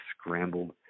scrambled